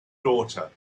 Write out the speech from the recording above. daughter